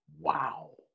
Wow